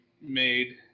made